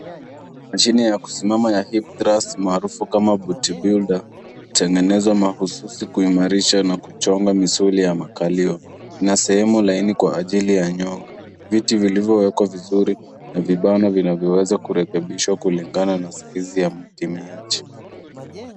Mashine ya kusimama ya hip-thrust maarufu kama booty-builder hutengenezwa mahususi kuimarisha na kuchonga misuli ya makalio. Ina sehemu laini kwa ajili ya nyonga. Viti vilivyowekwa vizuri kwa vibano vinavyoweza kurekebishwa kulingana na saizi ya mtumiaji.